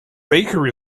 baker